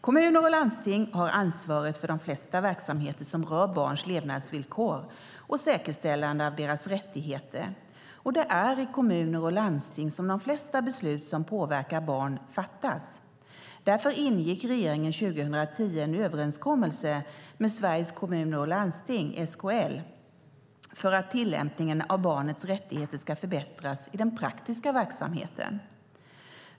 Kommuner och landsting har ansvaret för de flesta verksamheter som rör barns levnadsvillkor och säkerställandet av deras rättigheter, och det är i kommuner och landsting som de flesta beslut som påverkar barn fattas. Därför ingick regeringen 2010 en överenskommelse med Sveriges Kommuner och Landsting för att tillämpningen av barnets rättigheter skulle förbättras i den praktiska verksamheten.